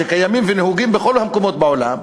שקיימים ונהוגים בכל המקומות בעולם,